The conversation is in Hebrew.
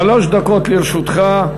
שלוש דקות לרשותך.